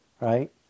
right